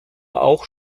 auch